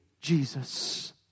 Jesus